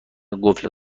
قفل